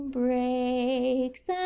breaks